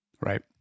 Right